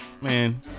Man